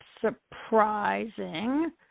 surprising